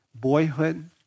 Boyhood